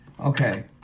Okay